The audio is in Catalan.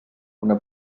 una